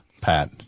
Pat